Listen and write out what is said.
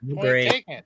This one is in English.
great